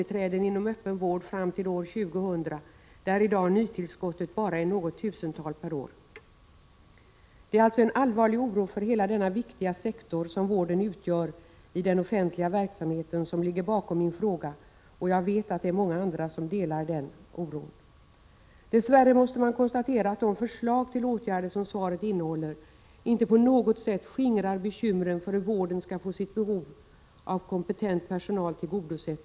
Jag kommer därför att redovisa mina synpunkter område för område. Liksom Ulla Tillander bedömer jag frågan om rekrytering och utbildning av personal inom äldreoch handikappomsorgen som mycket betydelsefull för möjligheterna att ge gamla och handikappade möjligheter att bo hemma trots omfattande behov av service och vård.